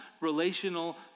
relational